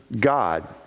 God